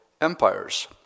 empires